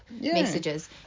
messages